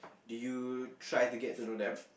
do you try to get to know them